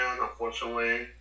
unfortunately